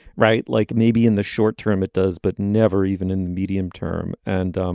right. like maybe in the short term it does. but never even in the medium term and um